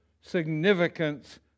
significance